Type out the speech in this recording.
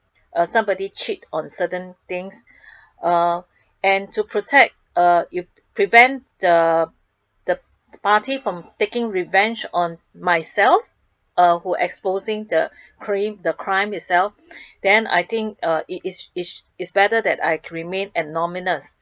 uh somebody cheat on certain things uh and to protect uh you prevent the the party from taking revenge on myself uh who exposing the cri~ the crime itself then I think uh it is is better that I remain anonymous